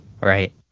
Right